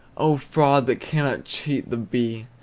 oh, fraud that cannot cheat the bee,